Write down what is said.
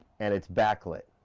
and it's backlit.